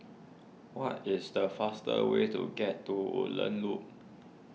what is the fastest way to get to Woodlands Loop